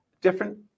Different